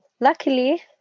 luckily